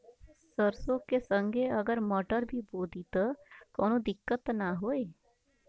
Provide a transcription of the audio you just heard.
सरसो के संगे अगर मटर भी बो दी त कवनो दिक्कत त ना होय?